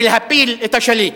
ולהפיל את השליט,